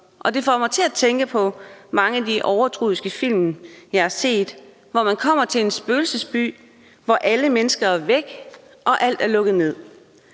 Og det får mig til at tænke på mange af de film, jeg har set, hvor man kommer til en spøgelsesby, hvor alle mennesker er væk og alt er lukket ned.